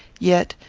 yet,